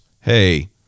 Hey